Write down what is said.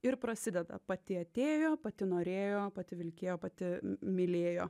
ir prasideda pati atėjo pati norėjo pati vilkėjo pati mylėjo